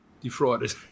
defrauded